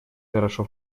хорошо